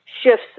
shifts